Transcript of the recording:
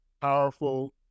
powerful